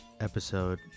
episode